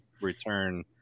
return